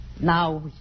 Now